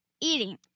eating